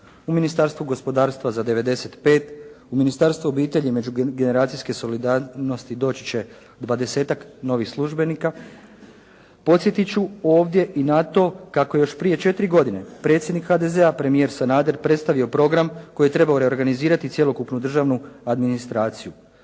u Ministarstvu gospodarstva za 95, u Ministarstvu obitelji i međugeneracijske solidarnosti doći će 20-tak novih službenika. Podsjetit ću ovdje i na to kako je još prije 4 godine predsjednik HDZ-a premijer Sanader predstavio program koji je trebao reorganizirati cjelokupnu državnu administraciju.